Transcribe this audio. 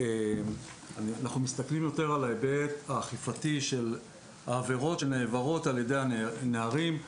אנחנו מסתכלים יותר על ההיבט האכיפתי של העבירות שנעברות על-ידי הנערים.